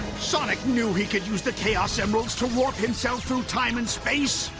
sonic knew he could use the chaos emeralds to warp himself through time and space.